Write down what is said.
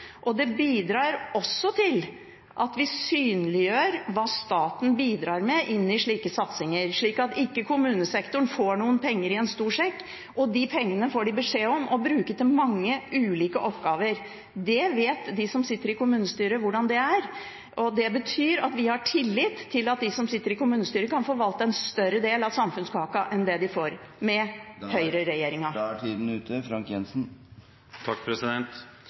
hva staten bidrar med inn i slike satsinger, slik at ikke kommunesektoren får noen penger i en stor sekk, og de pengene får de beskjed om å bruke til mange ulike oppgaver. De som sitter i kommunestyret, vet hvordan det er. Det betyr at vi har tillit til at de som sitter i kommunestyret, kan forvalte en større del av samfunnskaka enn det de kan med